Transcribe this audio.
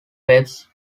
webs